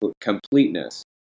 completeness